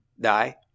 die